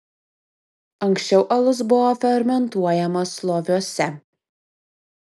anksčiau alus buvo fermentuojamas loviuose